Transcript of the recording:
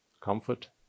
comfort